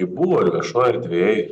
buvo ir viešoj erdvėj